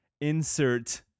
insert